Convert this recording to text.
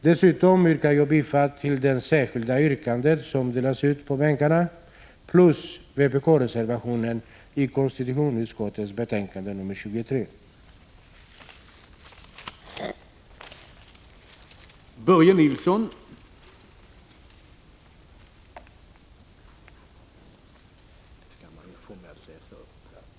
Dessutom yrkar jag bifall till det särskilda yrkande i anslutning till motion 1985/86:344 av Viola Claesson som har delats ut till ledamöterna och som har följande lydelse: Jag yrkar också bifall till vpk-reservationen i konstitutionsutskottets betänkande 23.